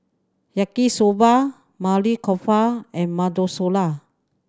Yaki Soba Maili Kofta and La